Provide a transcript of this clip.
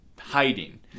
hiding